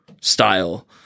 style